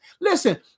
Listen